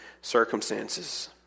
circumstances